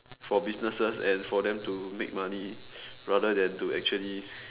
for businesses and for them to make money rather than to actually